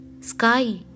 sky